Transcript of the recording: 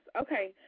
Okay